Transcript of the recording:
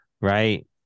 right